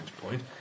point